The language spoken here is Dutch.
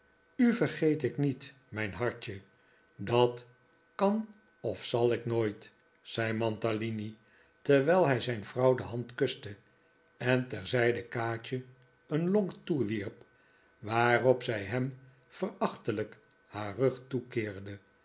u vergeet ik niet mijn hartje dat kan of zal ik nooit zei mantalini terwijl hij zijn vrouw de hand kuste en terzijde kaatje een lonk toewierp waarop zij hem verachtelijk haar rug toekeerde